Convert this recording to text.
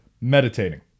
meditating